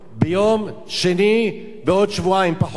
ביום שני בעוד שבועיים, פחות.